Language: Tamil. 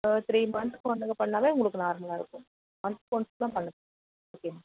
த்ரீ மந்த்ஸ்க்கு ஒன்றுக்கு பண்ணிணாவே உங்களுக்கு நார்மலாக இருக்கும் மந்த்ஸ்க்கு ஒன்ஸ் தான் ஓகே